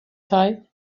thai